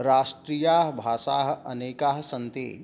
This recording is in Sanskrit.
राष्ट्रियाः भाषाः अनेकाः सन्ति